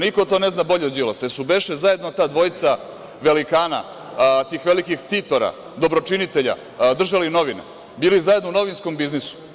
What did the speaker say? Niko to ne zna bolje od Đilasa jer su, beše, zajedno ta dvojica velikana, tih velikih ktitora, dobročinitelja, držali novine, bili zajedno u novinskom biznisu.